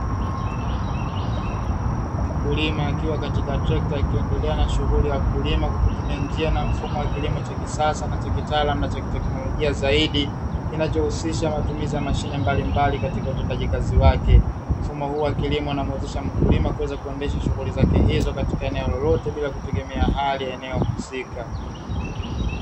Mkulima akiwa katika trekta, akiendelea na shughuli ya kulima kwa kutumia njia na mfumo wa kilimo cha kisasa, na cha kitaalamu na cha kiteknolojia zaidi, kinachohusisha matumizi ya mashine mbalimbali katika utendaji kazi wake. Mfumo huu wa kilimo unamuwezesha mkulima kuweza kuendesha shughuli zake hizo katika eneo lolote, bila kutegemea hali ya eneo husika.